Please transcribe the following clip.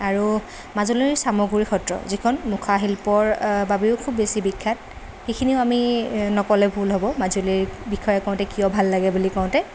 আৰু মাজুলীৰ চামগুৰি সত্ৰ যিখন মুখাশিল্পৰ বাবেও খুব বেছি বিখ্যাত সেইখিনিও আমি নক'লে ভুল হ'ব মাজুলীৰ বিষয়ে কওঁতে কিয় ভাল লাগে বুলি কওঁতে